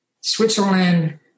Switzerland